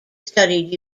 studied